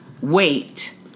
wait